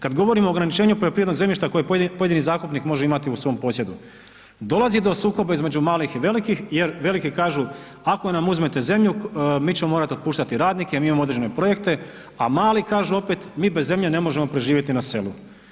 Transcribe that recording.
Kad govorimo o ograničenju poljoprivrednog zemljišta koje pojedini zakupnik može imati u svom posjedu, dolazi do sukoba između malih i velikih jer veliki kažu, ako nam uzmete zemlju, mi ćemo morati otpuštati radnike, mi imamo određene projekte, a mali kažu opet mi bez zemlje ne možemo preživjeti na selu.